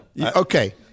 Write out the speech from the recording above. Okay